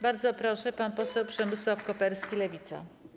Bardzo proszę, pan poseł Przemysław Koperski, Lewica.